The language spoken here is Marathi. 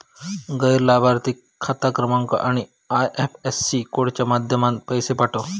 गैर लाभार्थिक खाता क्रमांक आणि आय.एफ.एस.सी कोडच्या माध्यमातना पैशे पाठव